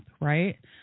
right